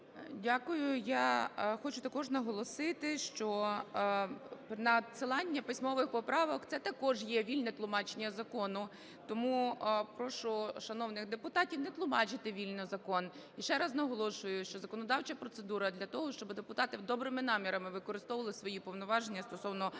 Дякую. Я хочу також наголосити, що надсилання письмових поправок – це також є вільне тлумачення закону. Тому прошу шановних депутатів не тлумачити вільно закон. І ще раз наголошую, що законодавча процедура для того, щоб депутати з добрими намірами використовували свої повноваження стосовно